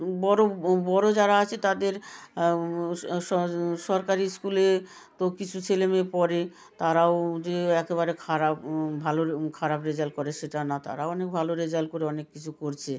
বড় বড় যারা আছে তাদের সরকারি ইস্কুলে তো কিছু ছেলেমেয়ে পড়ে তারাও যে একেবারে খারাপ ভালো খারাপ রেজাল্ট করে সেটা না তারা অনেক ভালো রেজাল্ট করে অনেক কিছু করছে